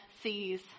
sees